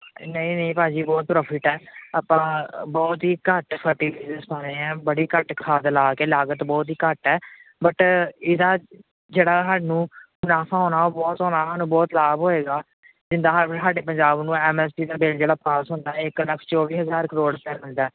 ਨਹੀਂ ਨਹੀਂ ਭਾਅ ਜੀ ਬਹੁਤ ਪ੍ਰੋਫਿਟ ਹੈ ਆਪਾਂ ਬਹੁਤ ਹੀ ਘੱਟ ਫਰਟੀਲਾਈਜ਼ਰ ਪਾਉਂਦੇ ਹਾਂ ਬੜੀ ਘੱਟ ਖਾਦ ਲਾ ਕੇ ਲਾਗਤ ਬਹੁਤ ਹੀ ਘੱਟ ਹੈ ਬਟ ਇਹਦਾ ਜਿਹੜਾ ਸਾਨੂੰ ਮੁਨਾਫਾ ਹੋਣਾ ਉਹ ਬਹੁਤ ਹੋਣਾ ਸਾਨੂੰ ਬਹੁਤ ਲਾਭ ਹੋਏਗਾ ਜਿੱਦਾਂ ਹਰ ਸਾਡੇ ਪੰਜਾਬ ਨੂੰ ਐੱਮ ਐੱਸ ਪੀ ਦਾ ਬਿਲ ਜਿਹੜਾ ਪਾਸ ਹੁੰਦਾ ਹੈ ਇੱਕ ਲੱਖ ਚੌਵੀ ਹਜ਼ਾਰ ਕਰੋੜ ਰੁਪਇਆ ਮਿਲਦਾ